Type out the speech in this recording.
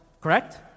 correct